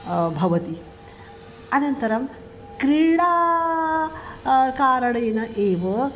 भवति अनन्तरं क्रीडा कारणेन एव